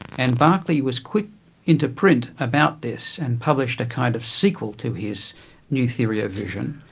and berkeley was quick into print about this, and published a kind of sequel to his new theory of vision,